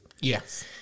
Yes